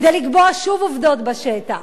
כדי לקבוע שוב עובדות בשטח.